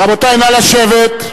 רבותי, נא לשבת.